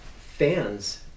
fans